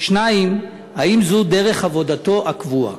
2. האם זו דרך עבודתו הקבועה?